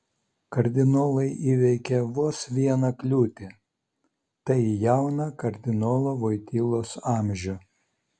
kardinolai įveikė vos vieną kliūtį tai jauną kardinolo voitylos amžių